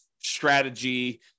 strategy